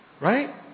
Right